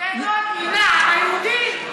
כי הם דואגים לעם היהודי.